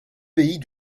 pays